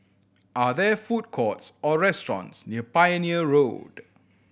are there food courts or restaurants near Pioneer Road